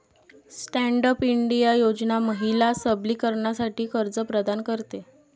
stand up India योजना महिला सबलीकरणासाठी कर्ज प्रदान करते